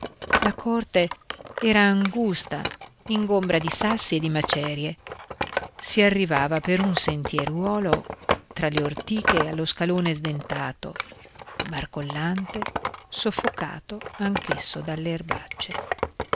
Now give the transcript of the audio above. la corte era angusta ingombra di sassi e di macerie si arrivava per un sentieruolo fra le ortiche allo scalone sdentato barcollante soffocato anch'esso dalle erbacce